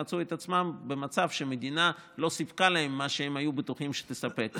הם מצאו את עצמם במצב שהמדינה לא סיפקה להם מה שהם היו בטוחים שתספק,